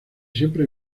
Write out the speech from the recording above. siempre